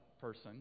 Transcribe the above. person